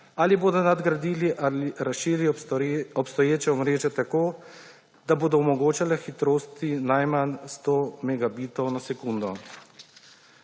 ali bodo nadgradili ali razširili obstoječa omrežja tako, da bodo omogočala hitrosti najmanj 100